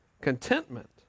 Contentment